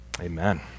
Amen